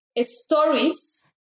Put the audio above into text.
stories